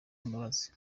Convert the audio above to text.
imbabazi